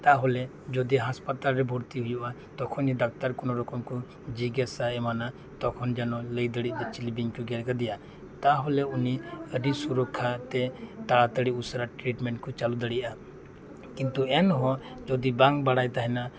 ᱛᱟᱦᱚᱞᱮ ᱡᱩᱫᱤ ᱦᱟᱸᱥᱯᱟᱛᱟᱞ ᱨᱮ ᱵᱷᱚᱨᱛᱤ ᱦᱩᱭᱩᱜᱼᱟ ᱛᱚᱠᱷᱚᱱ ᱜᱮ ᱰᱟᱠᱛᱟᱨ ᱠᱚᱱᱚ ᱨᱚᱠᱚᱢ ᱠᱚ ᱡᱤᱜᱽᱜᱟᱥᱟ ᱮᱢᱟᱱᱟ ᱛᱚᱠᱷᱚᱱ ᱡᱮᱱᱚ ᱞᱟᱹᱭ ᱫᱟᱲᱮᱭᱟᱜᱼᱟ ᱪᱤᱞᱤ ᱵᱤᱧ ᱠᱚ ᱜᱮᱨ ᱟᱠᱟᱫᱮᱭᱟ ᱛᱟᱦᱞᱮ ᱩᱱᱤ ᱟᱹᱰᱤ ᱥᱩᱨᱚᱠᱠᱷᱟ ᱛᱮ ᱛᱟᱲᱟ ᱛᱟᱹᱲᱤ ᱩᱥᱟᱹᱨᱟ ᱴᱨᱤᱴᱢᱮᱱᱴ ᱠᱚ ᱪᱟᱞᱩ ᱫᱟᱲᱮᱭᱟᱜᱼᱟ ᱠᱤᱱᱛᱩ ᱮᱱ ᱦᱚᱸ ᱡᱩᱫᱤ ᱵᱟᱝ ᱵᱟᱲᱟᱭ ᱛᱟᱦᱮᱸᱱᱟ